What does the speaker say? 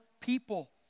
people